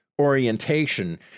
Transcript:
orientation